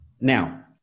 Now